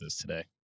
today